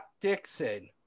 Dixon